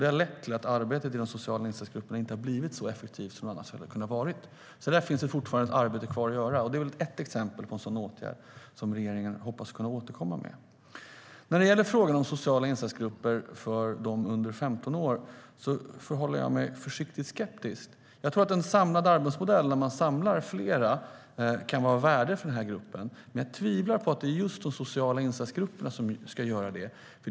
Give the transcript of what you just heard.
Det har lett till att arbetet inte har varit lika effektivt som det skulle kunna vara. Där finns det fortfarande arbete kvar att göra. Och det är ett exempel på en åtgärd som regeringen hoppas kunna återkomma med. När det gäller sociala insatsgrupper för dem som är under 15 år förhåller jag mig försiktigt skeptisk. Jag tror att en samlad arbetsmodell, att samla flera, kan vara av värde för den här gruppen. Men jag tvivlar på att det är just de sociala insatsgrupperna som ska göra det.